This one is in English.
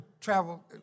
travel